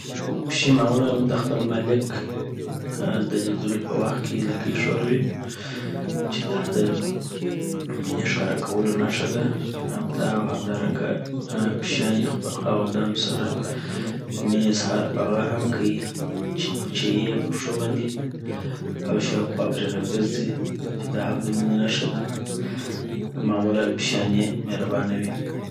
پېشې معلولآ دخپل مالک آ د لیدلو په وخت کي لکې ښوروي چي دا دمینې ښکاره کولو نښه ده اودا اوهمدارنګه آ پېشېانې خپل خاوندانو سره دمینې اظهار په هغه هم کیی چی مچیی یی پرپښو باندي .اوشا اوخوا پری راګرځي چي دا هم دمينې نښه ده معلولا پیشیاني مهربانه وي